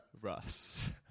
Russ